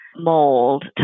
mold